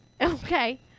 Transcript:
okay